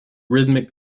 rhythmic